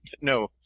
No